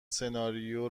سناریو